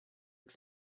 were